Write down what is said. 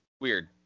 weird